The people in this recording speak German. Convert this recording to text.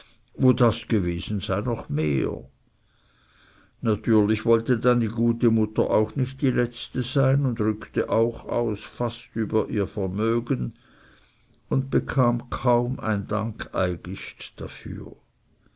wo das gewesen sei sei noch mehr natürlich wollte dann die gute mutter auch nicht die letzte sein rückte auch aus fast über vermögen und bekam kaum ein dankeigist dafür